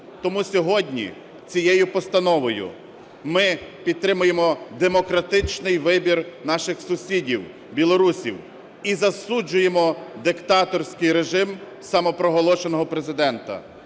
Тому сьогодні цією постановою ми підтримуємо демократичний вибір наших сусідів білорусів і засуджуємо диктаторський режим самопроголошеного Президента.